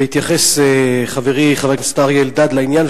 והתייחס חברי חבר הכנסת אריה אלדד לעניין,